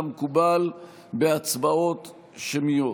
כמקובל בהצבעות שמיות.